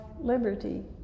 liberty